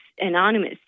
anonymous